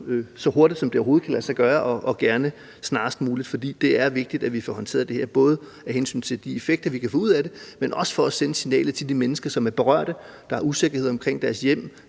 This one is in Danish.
så hurtigt, som det overhovedet kan lade sig gøre, og gerne snarest muligt. For det er vigtigt, at vi får håndteret det her, både af hensyn til de effekter, vi kan få ud af det, men også for at sende det signal til de mennesker, som er berørte og har usikkerhed omkring deres hjem,